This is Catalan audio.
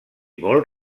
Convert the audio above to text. molt